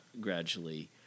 gradually